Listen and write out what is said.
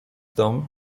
dom